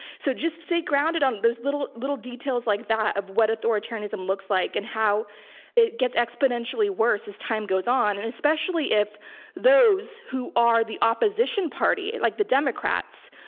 so just stay grounded on those little little details like that of what authoritarianism looks like, and how it gets exponentially worse as time goes on. and especially if those who are the opposition party, like the democrats,